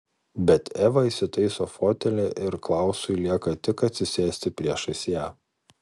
bet eva įsitaiso fotelyje ir klausui lieka tik atsisėsti priešais ją